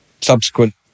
subsequent